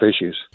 issues